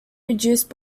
reduced